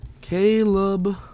Caleb